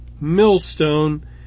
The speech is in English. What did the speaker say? millstone